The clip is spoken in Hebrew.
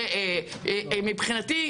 מבחינתי,